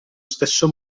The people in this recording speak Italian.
stesso